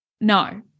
no